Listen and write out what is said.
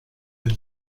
elle